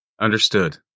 Understood